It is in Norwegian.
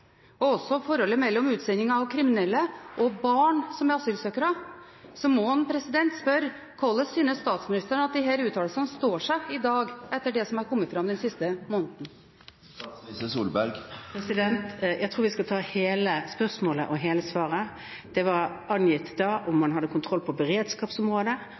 og også til forholdet mellom utsendingen av kriminelle og barn som er asylsøkere, må man spørre: Hvordan synes statsministeren at disse uttalelsene står seg i dag, etter det som er kommet fram den siste måneden? Jeg tror vi skal ta hele spørsmålet og hele svaret. Det ble spurt da om man hadde kontroll med beredskapsområdet